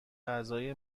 غذای